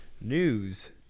news